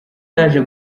naje